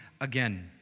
again